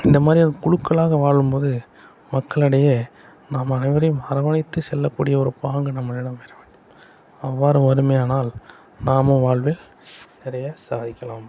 இந்த மாதிரி ஒரு குழுக்களாக வாழும் போது மக்களிடையே நம்ம அனைவரையும் அரவணைத்து செல்லக் கூடிய ஒரு பாங்கு நம்மளிடம் இருக்க வேண்டும் அவ்வாறு வருமேயானால் நாமும் வாழ்வில் நிறைய சாதிக்கலாம்